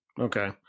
Okay